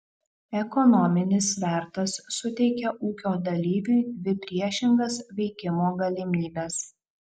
ekonominis svertas suteikia ūkio dalyviui dvi priešingas veikimo galimybes